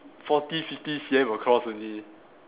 forty fifty C_M across only